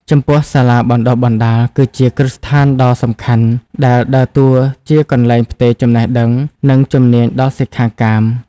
ចំពោះសាលាបណ្តុះបណ្តាលគឺជាគ្រឹះស្ថានដ៏សំខាន់ដែលដើរតួជាកន្លែងផ្ទេរចំណេះដឹង និងជំនាញដល់សិក្ខាកាម។